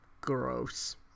Gross